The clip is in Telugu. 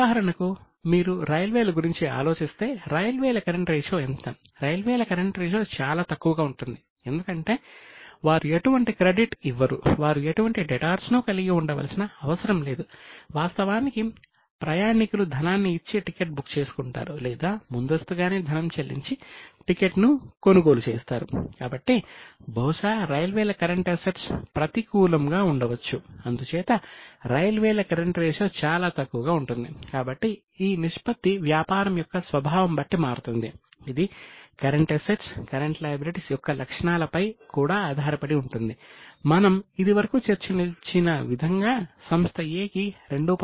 ఉదాహరణకు మీరు రైల్వేల గురించి ఆలోచిస్తే రైల్వేల కరెంట్ రేషియో వ్యాపారం యొక్క స్వభావం బట్టి మారుతుంది ఇది CA CL యొక్క లక్షణాలపై కూడా ఆధారపడి ఉంటుంది మనం ఇదివరకు చర్చించిన విధంగా సంస్థ A కి 2